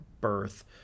birth